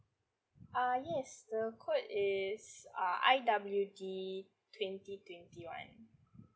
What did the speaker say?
uh yes the code is uh I W D twenty twenty one